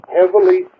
heavily